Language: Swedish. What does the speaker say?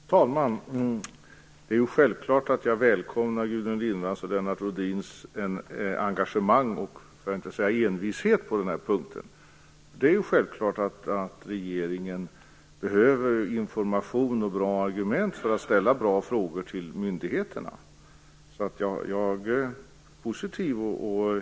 Fru talman! Det är självklart att jag välkomnar Gudrun Lindvalls och Lennart Rohdins engagemang för att inte säga envishet på de här punkterna. Det är självklart att regeringen behöver information och bra argument för att kunna ställa bra frågor till myndigheterna. Jag är alltså positiv.